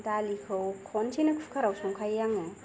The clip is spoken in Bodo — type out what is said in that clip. दालिखौ खनसेनो खुखाराव संखायो आङो